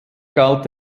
galt